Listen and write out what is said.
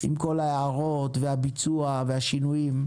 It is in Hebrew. עם כל ההערות והביצוע והשינויים?